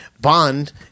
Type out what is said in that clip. Bond